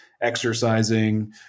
exercising